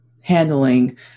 handling